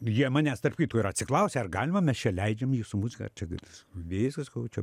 jie manęs tarp kitko ir atsiklausė ar galima mes čia leidžiam jūsų muziką čia viskas sakau čia